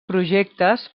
projectes